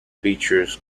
features